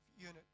unit